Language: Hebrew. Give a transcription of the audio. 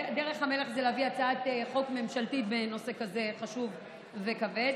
דרך המלך היא להביא הצעת חוק ממשלתית בנושא כזה חשוב וכבד.